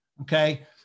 Okay